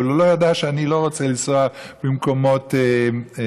אבל הוא לא יודע שאני לא רוצה לנסוע במקומות צדדיים,